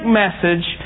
message